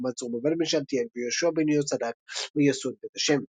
דוגמת זרובבל בן שאלתיאל ויהושע בן יהוצדק או ייסוד בית ה'.